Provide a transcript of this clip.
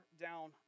down